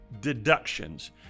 deductions